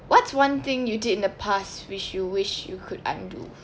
what's one thing you did in the past which you wish you could undo